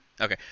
okay